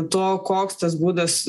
to koks tas būdas